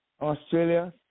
Australia